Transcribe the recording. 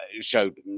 showed